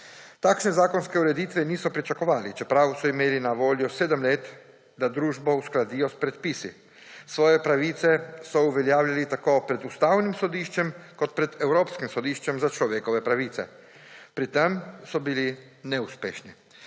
Takšne zakonske ureditve niso pričakovali, čeprav so imeli na voljo 7 let, da družbo uskladijo s predpisi. Svoje pravice so uveljavljali tako pred Ustavnim sodiščem kot pred Evropskim sodiščem za človekove pravice. Pri tem so bili neuspešni.